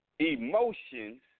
Emotions